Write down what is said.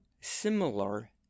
similar